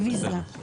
רביזיה.